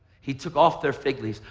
he took off their fig leave,